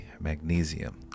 magnesium